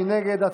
מי נגד?